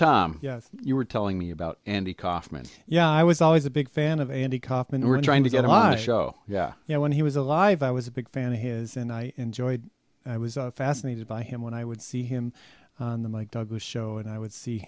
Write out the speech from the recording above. tom yes you were telling me about andy kaufman yeah i was always a big fan of andy kaufman were trying to get my show yeah you know when he was alive i was a big fan of his and i enjoyed i was fascinated by him when i would see him on the mike douglas show and i would see